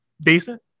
Decent